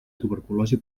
tuberculosi